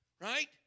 right